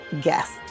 guests